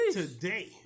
today